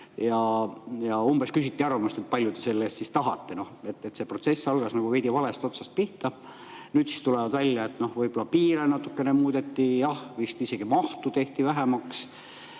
ja küsiti arvamust, et kui palju te selle eest siis tahate. See protsess algas veidi valest otsast pihta. Nüüd siis tuleb välja, et võib-olla piire natukene muudeti, jah, vist isegi mahtu tehti vähemaks.